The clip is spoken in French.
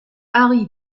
ari